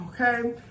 Okay